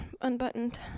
unbuttoned